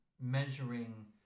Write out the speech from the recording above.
measuring